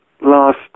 last